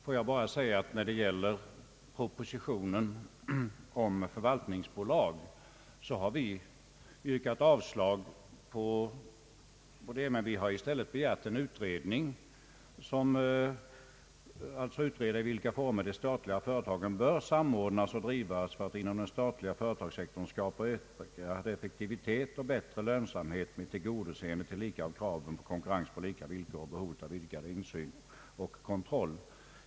Får jag bara säga att vi har yrkat avslag på propositionen om = förvaltningsbolag men att vi i stället har begärt att man skall utreda i vilka former de statliga företagen bör samordnas och drivas för att inom den statliga företagssektorn skapa ökad effektivitet och bättre lönsamhet med tillgodoseende tillika av kravet på konkurrens på lika villkor och behovet av vidgad insyn och kontroll.